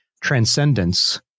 transcendence